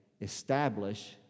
establish